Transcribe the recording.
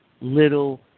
little